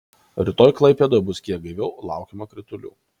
rytoj klaipėdoje bus kiek gaiviau laukiama kritulių